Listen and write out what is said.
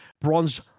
Bronze